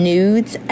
Nudes